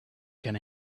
going